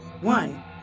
One